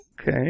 Okay